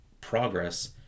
progress